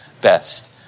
best